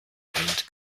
paint